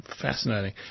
fascinating